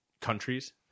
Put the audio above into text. Countries